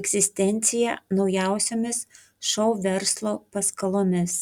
egzistenciją naujausiomis šou verslo paskalomis